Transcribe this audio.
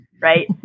right